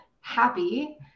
happy